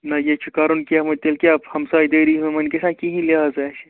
نہٕ یہِ چھُو کَرُن کیٚنٛہہ وۅنۍ تیٚلہِ کیٛاہ ہمسایہِ دٲری وۅنۍ گژھِ نا کِہیٖنٛۍ لحاظہٕ اَسہِ